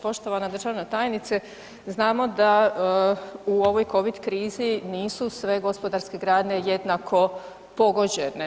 Poštovana državna tajnice, znamo da u ovoj Covid krizi nisu sve gospodarske grane jednako pogođene.